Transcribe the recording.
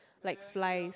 like flies